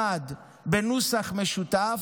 המוצמד בנוסח משותף,